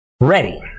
ready